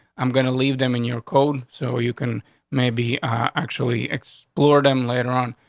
i'm gonna leave them in your code so you can maybe actually explore them later on.